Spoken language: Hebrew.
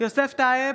יוסף טייב,